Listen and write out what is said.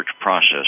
process